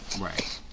Right